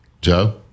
joe